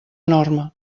norma